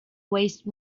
waste